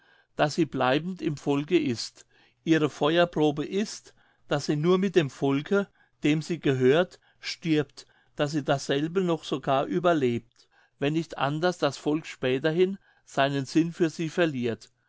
daß sie bleibend im volke ist ihre feuerprobe ist daß sie nur mit dem volke dem sie gehört stirbt daß sie dasselbe noch sogar überlebt wenn nicht anders das volk späterhin seinen sinn für sie verliert